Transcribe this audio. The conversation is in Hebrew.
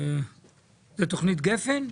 זו תוכנית גפן?